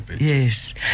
Yes